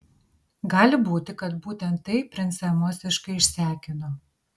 gali būti kad būtent tai princą emociškai išsekino